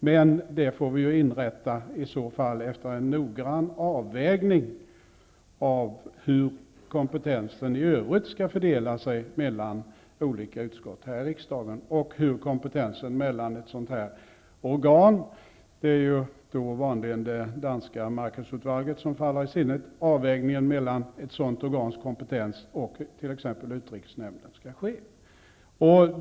Men det utskottet får vi i så fall inrätta efter en noggrann avvägning av hur kompetensen i övrigt skall fördelas mellan olika utskott i riksdagen och mellan ett sådant här organ -- det är då vanligen det danska markedsudvalget som faller i sinnet -- och t.ex.